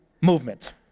movement